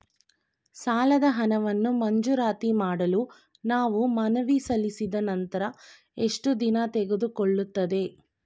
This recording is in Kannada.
ಸಾಲದ ಹಣವನ್ನು ಮಂಜೂರಾತಿ ಮಾಡಲು ನಾವು ಮನವಿ ಸಲ್ಲಿಸಿದ ನಂತರ ಎಷ್ಟು ದಿನ ತೆಗೆದುಕೊಳ್ಳುತ್ತದೆ?